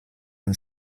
von